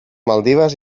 maldives